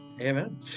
Amen